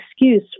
excuse